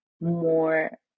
more